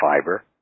fiber